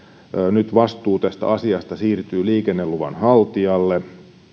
nyt vastuu tästä asiasta siirtyy liikenneluvan haltijalle